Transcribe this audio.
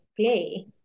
play